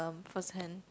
first hand